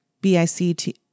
b-i-c-t